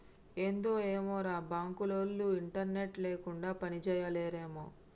ఏందో ఏమోరా, బాంకులోల్లు ఇంటర్నెట్ లేకుండ పనిజేయలేరేమో